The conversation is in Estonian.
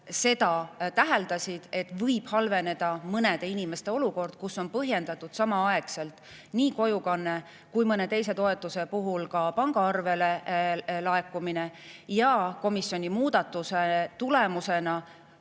liit täheldasid, et võib halveneda mõnede inimeste olukord, kus on põhjendatud samaaegselt nii kojukanne kui ka mõne teise toetuse puhul pangaarvele laekumine. Komisjoni muudatuse tulemusena